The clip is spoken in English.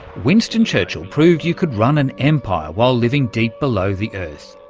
winston churchill proved you could run an empire while living deep below the earth,